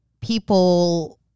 people